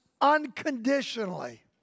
unconditionally